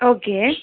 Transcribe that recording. okay